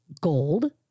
gold